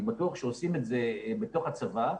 אני בטוח שעושים את זה בתוך הצבא.